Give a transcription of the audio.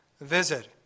visit